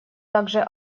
также